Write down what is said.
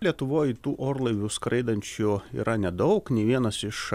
lietuvoje tų orlaivių skraidančių yra nedaug nė vienas iš